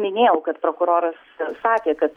minėjau kad prokuroras sakė kad